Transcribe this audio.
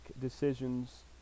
decisions